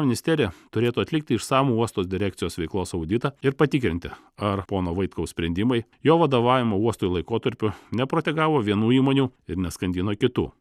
ministerija turėtų atlikti išsamų uosto direkcijos veiklos auditą ir patikrinti ar pono vaitkaus sprendimai jo vadovavimo uostui laikotarpiu neprotegavo vienų įmonių ir neskandino kitų